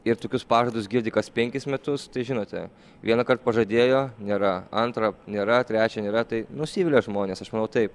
ir tokius pažadus girdi kas penkis metus tai žinote vienąkart pažadėjo nėra antrą nėra trečią nėra tai nusivilia žmonės aš manau taip